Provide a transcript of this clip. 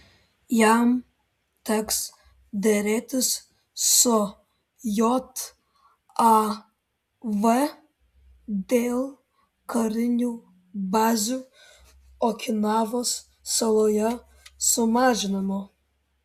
jam teks derėtis su jav dėl karinių bazių okinavos saloje sumažinimo